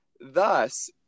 Thus